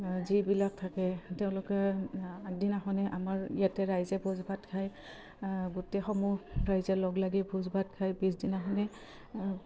যিবিলাক থাকে তেওঁলোকে আগদিনাখনে আমাৰ ইয়াতে ৰাইজে ভোজ ভাত খায় গোটেইসমূহ ৰাইজে লগ লাগি ভোজ ভাত খায় পিছদিনাখনে